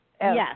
Yes